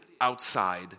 outside